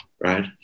Right